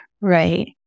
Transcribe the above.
Right